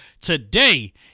today